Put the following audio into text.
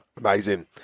Amazing